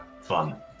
fun